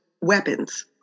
weapons